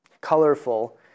colorful